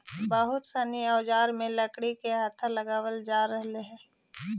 बहुत सनी औजार में लकड़ी के हत्था लगावल जानए लगले हई